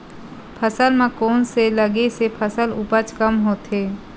फसल म कोन से लगे से फसल उपज कम होथे?